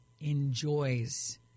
enjoys